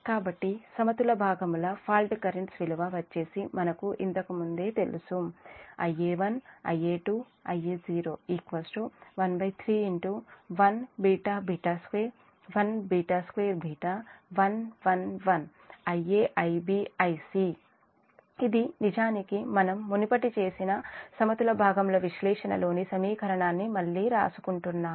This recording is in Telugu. కాబట్టి సమతుల భాగముల ఫాల్ట్ కర్రెంట్స్ విలువ వచ్చేసి మనకు ఇంతకు ముందే తెలుసు ఇది నిజానికి మనం మునుపటే చేసిన సమతుల భాగముల విశ్లేషణ లోని సమీకరణాన్ని మళ్లీ రాసుకుంటున్నాము